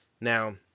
now